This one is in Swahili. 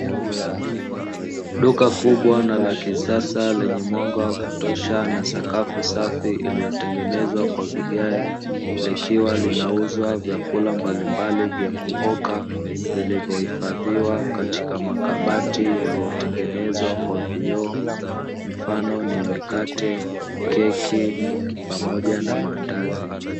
Duka kubwa na la kisasa lenye mwanga wa kutosha na sakafu safi iliyotengenezwa kwa vigae, likiwa linauza vyakula mbalimbali vya kuoka vilivyohifadhiwa katika makabati yaliyotengenezwa kwa vioo, mfano ni: mikate, keki, pamoja na maandazi.